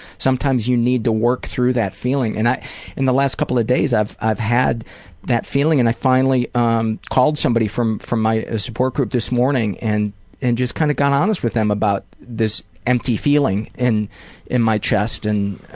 sometimes you need to work through that feeling. and in the last couple of days i've i've had that feeling and i finally um called somebody from from my support group this morning and and just kind of got honest with them about this empty feeling in in my chest and,